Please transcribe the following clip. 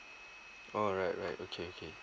alright right okay okay